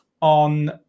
on